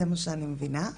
זה מה שאני מבינה.